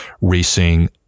racing